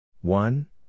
One